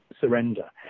surrender